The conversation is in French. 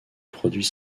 produit